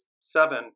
seven